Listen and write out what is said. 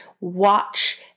Watch